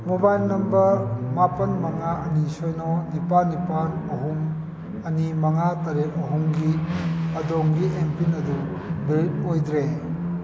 mobile number ꯃꯄꯥꯜ ꯃꯉꯥ ꯑꯅꯤ ꯁꯤꯅꯣ ꯅꯤꯄꯥꯜ ꯅꯤꯄꯥꯜ ꯑꯍꯨꯝ ꯑꯅꯤ ꯃꯉꯥ ꯇꯔꯦꯠ ꯑꯍꯨꯝꯒꯤ ꯑꯗꯣꯝꯒꯤ ꯑꯦꯝꯄꯤꯟ ꯑꯗꯨ ꯚꯦꯔꯤꯠ ꯑꯣꯏꯗ꯭ꯔꯦ